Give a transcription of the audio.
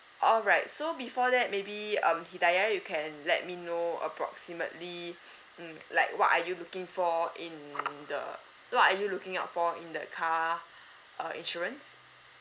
alright so before that maybe um hidayah you can let me know approximately mm like what are you looking for in the what are you looking out for in the car uh insurance